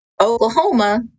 Oklahoma